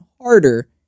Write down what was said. harder